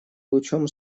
лучом